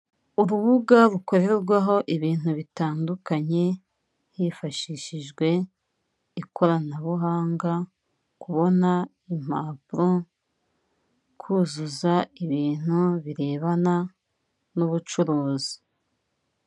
Urubuga rukorerwaho ibintu bitandukanye, hifashishijwe ikoranabuhanga, kubona impapuro, kuzuza ibintu birebana n'ubucuruzi.